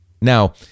Now